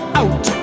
out